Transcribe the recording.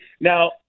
now